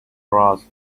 trust